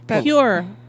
pure